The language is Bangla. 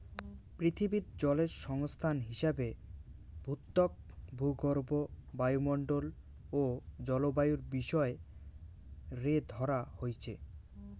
পিথীবিত জলের সংস্থান হিসাবে ভূত্বক, ভূগর্ভ, বায়ুমণ্ডল ও জলবায়ুর বিষয় রে ধরা হইচে